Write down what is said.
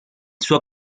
suo